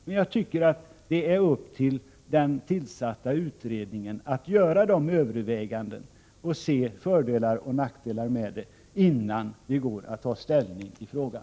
Men det är den tillsatta utredningens uppgift att göra dessa överväganden och studera föroch nackdelar med olika åtgärder innan vi tar ställning i frågan.